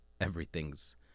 Everything's